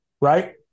right